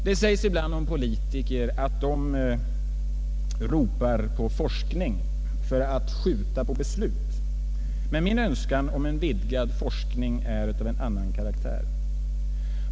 Det sägs ibland om politiker att de ropar på forskning för att skjuta på beslut, men min önskan om en vidgad forskning är av annan karaktär.